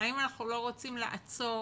האם אנחנו לא רוצים לעצור